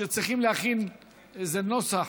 שצריך להכין איזה נוסח.